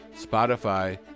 Spotify